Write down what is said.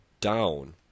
down